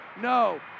no